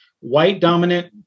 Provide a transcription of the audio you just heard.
white-dominant